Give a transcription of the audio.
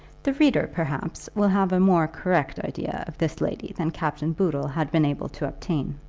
the reader, perhaps, will have a more correct idea of this lady than captain boodle had been able to obtain.